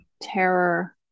terror